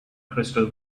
crystal